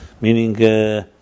meaning